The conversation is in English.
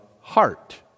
heart